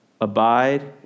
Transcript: Abide